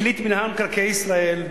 החליט מינהל מקרקעי ישראל,